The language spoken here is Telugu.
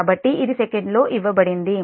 కాబట్టి ఇది సెకండ్ లో ఇవ్వబడింది